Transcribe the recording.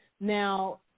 Now